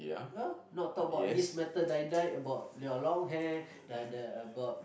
not talk about this metal die die about your long hair about